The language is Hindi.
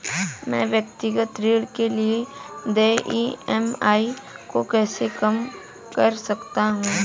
मैं व्यक्तिगत ऋण के लिए देय ई.एम.आई को कैसे कम कर सकता हूँ?